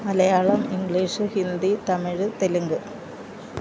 Malayalam English Hindi Tamil Telugu